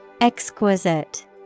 Exquisite